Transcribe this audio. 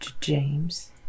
James